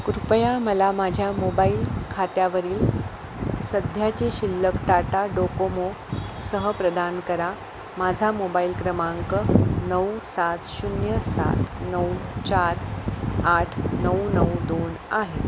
कृपया मला माझ्या मोबाईल खात्यावरील सध्याचे शिल्लक टाटा डोकोमो सह प्रदान करा माझा मोबाईल क्रमांक नऊ सात शून्य सात नऊ चार आठ नऊ नऊ दोन आहे